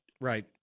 right